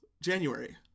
january